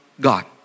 God